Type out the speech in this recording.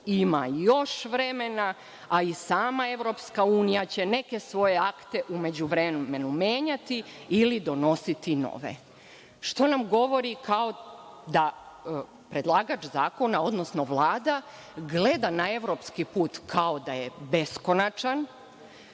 ima još vremena, a i sama EU će neke svoje akte u međuvremenu menjati ili donositi nove. Što nam govori kao da predlagač zakona, odnosno Vlada gleda na evropski put kao da je beskonačan